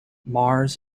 mars